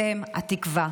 אתם התקווה.